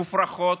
מופרכות,